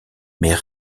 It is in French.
mais